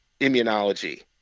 immunology